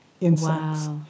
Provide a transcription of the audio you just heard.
insects